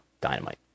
dynamite